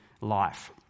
life